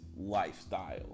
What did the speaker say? lifestyle